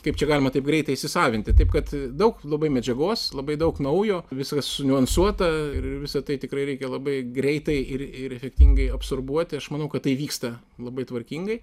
kaip čia galima taip greitai įsisavinti taip kad daug labai medžiagos labai daug naujo viskas niuansuota ir visą tai tikrai reikia labai greitai ir ir efektingai absorbuoti aš manau kad tai vyksta labai tvarkingai